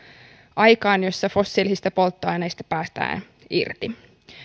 aikaan jossa fossiilisista polttoaineista päästään irti